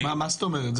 מה זאת אומרת?